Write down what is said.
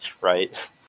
right